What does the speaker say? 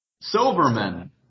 Silverman